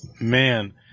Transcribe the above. man